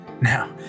Now